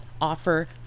offer